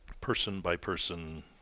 person-by-person